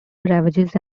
ravages